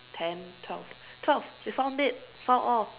ten twelve twelve we found it found all